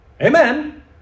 Amen